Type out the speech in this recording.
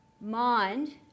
mind